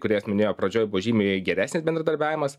įkūrėjas minėjo pradžioj bvo žymiai geresnis bendradarbiavimas